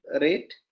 rate